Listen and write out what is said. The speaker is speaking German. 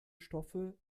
stoffe